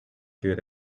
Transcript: good